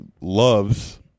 loves